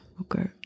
okay